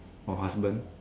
or husband